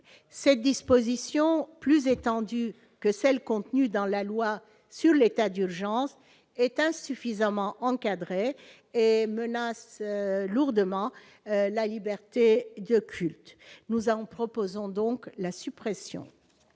cette disposition plus étendues que celles contenues dans la loi sur l'état d'urgence est insuffisamment encadrées menace lourdement la liberté de culte, nous en proposons donc la suppression.